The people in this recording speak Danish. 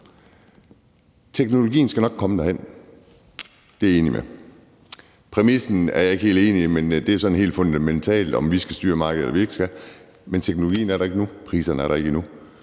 Teknologien skal nok komme derhen, det er jeg enig i. Præmissen er jeg ikke helt enig i, men det er sådan en helt fundamental ting med, om vi skal styre markedet eller vi ikke skal. Men teknologien er der ikke endnu, og priserne er der ikke endnu.